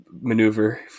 maneuver